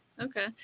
Okay